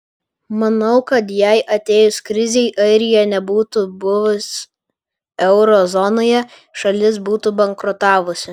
manau kad jei atėjus krizei airija nebūtų buvus euro zonoje šalis būtų bankrutavusi